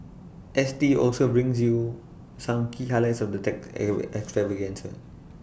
S T also brings you some key highlights of the tech extravaganza